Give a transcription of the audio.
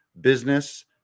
business